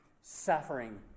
suffering